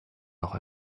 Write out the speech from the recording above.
noch